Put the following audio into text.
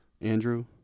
Andrew